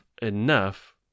enough